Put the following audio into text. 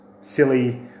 silly